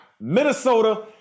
Minnesota